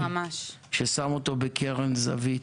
ששם אותו בקרן זווית,